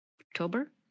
october